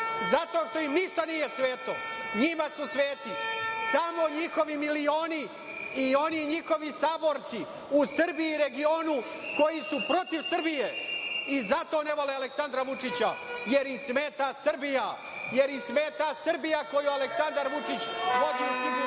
zato što im ništa nije sveto. Njima su sveti samo njihovi milioni i oni njihovi saborci u Srbiji i regionu koji su protiv Srbije i zato ne vole Aleksandra Vučića, jer im smeta Srbija, jer im smeta Srbija koju Aleksandar Vučić vodi u sigurnu